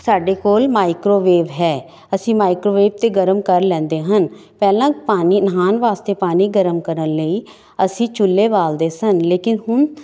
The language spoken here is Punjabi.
ਸਾਡੇ ਕੋਲ ਮਾਈਕਰੋਵੇਵ ਹੈ ਅਸੀਂ ਮਾਈਕਰੋਵੇਟ ਤੇ ਗਰਮ ਕਰ ਲੈਂਦੇ ਹਨ ਪਹਿਲਾਂ ਪਾਣੀ ਨਹਾਉਣ ਵਾਸਤੇ ਪਾਣੀ ਗਰਮ ਕਰਨ ਲਈ ਅਸੀਂ ਚੁੱਲੇ ਬਾਲਦੇ ਸਨ ਲੇਕਿਨ ਹੁਣ